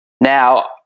now